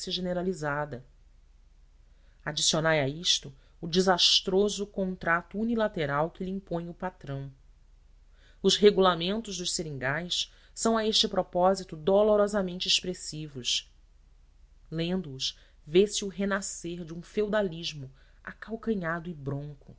generalizada adicionai a isto o desastroso contrato unilateral que lhe impõe o patrão os regulamentos dos seringais são a este propósito dolorosamente expressivos lendo os vê-se o renascer de um feudalismo acalcanhado e bronco